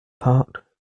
park